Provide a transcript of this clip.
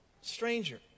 stranger